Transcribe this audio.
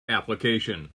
application